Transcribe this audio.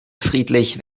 friedlich